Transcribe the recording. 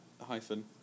Hyphen